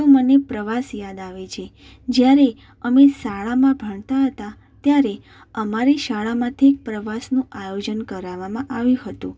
તો મને પ્રવાસ યાદ આવે છે જ્યારે અમે શાળામાં ભણતા હતા ત્યારે અમારી શાળામાંથી એક પ્રવાસનું આયોજન કરાવવામાં આવ્યું હતું